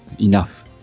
enough